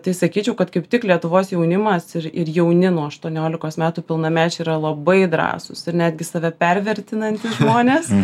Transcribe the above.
tai sakyčiau kad kaip tik lietuvos jaunimas ir ir jauni nuo aštuoniolikos metų pilnamečiai yra labai drąsūs ir netgi save pervertinantys žmonės